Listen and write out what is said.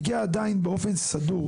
מגיע עדיין באופן סדור,